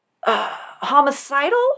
homicidal